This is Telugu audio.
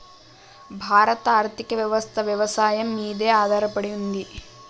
భారత ఆర్థికవ్యవస్ఠ వ్యవసాయం మీదే ఆధారపడింది